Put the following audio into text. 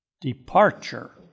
departure